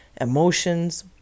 emotions